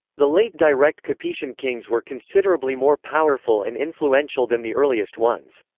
the late direct capetian kings were considerably more powerful and influential than the earliest ones.